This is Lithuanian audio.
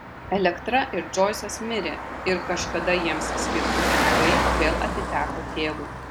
elektra ir džoisas mirė ir kažkada jiems skirti pinigai vėl atiteko tėvui